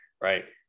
right